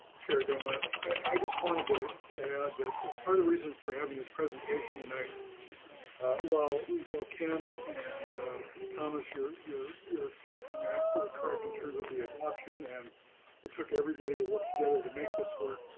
chair dunlap. i just wanted to to add that part of the reason for having this presentation tonight while while ken and thomas, you're you're um absolutely correct in terms of the adoption. and it took everybody to work together to make this work.